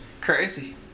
Crazy